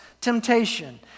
temptation